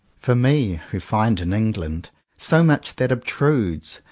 for me, who find in england so much that obtrudes,